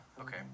Okay